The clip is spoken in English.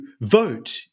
vote